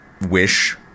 wish